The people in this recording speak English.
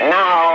now